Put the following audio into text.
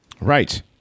Right